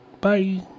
Bye